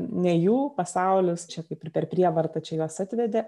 ne jų pasaulis čia kaip ir per prievartą čia juos atvedė